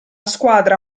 squadra